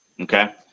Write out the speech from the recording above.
okay